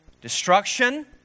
Destruction